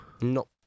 No